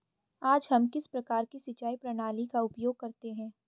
आज हम किस प्रकार की सिंचाई प्रणाली का उपयोग करते हैं?